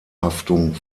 haftung